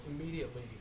immediately